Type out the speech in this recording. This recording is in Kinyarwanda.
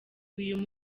uyu